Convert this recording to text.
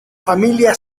familia